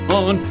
on